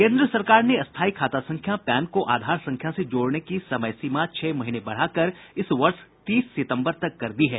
केन्द्र सरकार ने स्थायी खाता संख्या पैन को आधार संख्या से जोड़ने की समय सीमा छह महीने बढ़ाकर इस वर्ष तीस सितंबर तक कर दी है